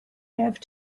have